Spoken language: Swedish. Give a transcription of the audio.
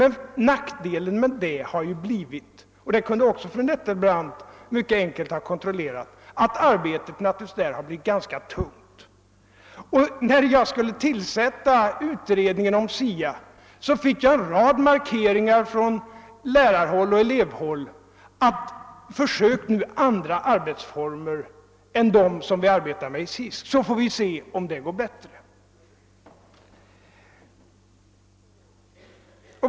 Men nackdelen därmed är — vilket fru Nettelbrandt mycket enkelt kunde ha kontrollerat — att arbetet har blivit ganska tungrott. När jag skulle tillsätta utredningen om SIA fick jag en rad påstötningar från läraroch elevhåll: Försök med andra arbetsformer än dem vi arbetar med i SISK, så får vi se om det går bättre!